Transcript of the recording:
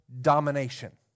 domination